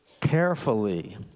carefully